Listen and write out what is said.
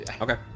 Okay